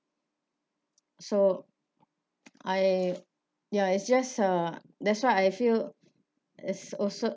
so I ya it's just uh that's what I feel it's also